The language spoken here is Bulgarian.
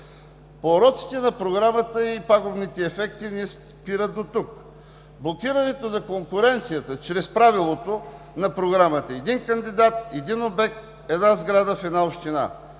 Пороците на Програмата и пагубните ефекти не спират до тук. Блокирането на конкуренцията чрез правилото на Програмата „Един кандидат – един обект – една сграда в една община“,